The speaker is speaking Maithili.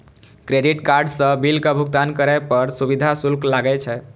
क्रेडिट कार्ड सं बिलक भुगतान करै पर सुविधा शुल्क लागै छै